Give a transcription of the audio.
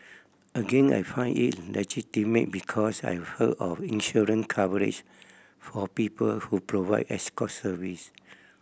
again I found it legitimate because I've heard of insurance coverage for people who provide escort service